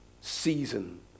season